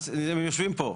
הם יושבים פה.